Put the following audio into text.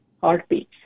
heartbeats